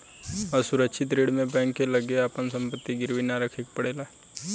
असुरक्षित ऋण में बैंक के लगे आपन संपत्ति गिरवी ना रखे के पड़ेला